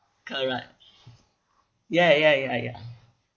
correct ya ya ya ya